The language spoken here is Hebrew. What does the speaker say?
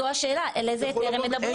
השאלה היא על איזה היתר הם מדברים.